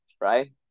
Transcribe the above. right